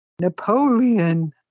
Napoleon